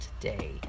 today